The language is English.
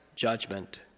judgment